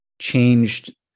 changed